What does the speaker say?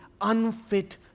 unfit